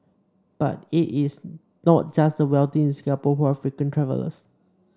but it is not just the wealthy in Singapore who are frequent travellers